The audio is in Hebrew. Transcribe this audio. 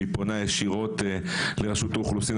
והיא פונה ישירות לרשות האוכלוסין,